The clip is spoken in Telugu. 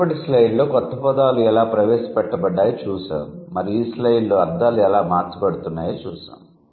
మునుపటి స్లయిడ్లో క్రొత్త పదాలు ఎలా ప్రవేశపెట్టబడ్డాయో చూశాము మరియు ఈ స్లయిడ్లో అర్థాలు ఎలా మార్చబడుతున్నాయో చూశాము